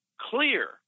clear